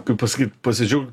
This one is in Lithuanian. kaip pasakyt pasidžiaugt